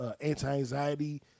anti-anxiety